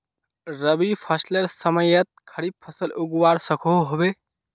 रवि फसलेर समयेत खरीफ फसल उगवार सकोहो होबे?